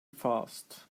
fast